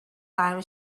time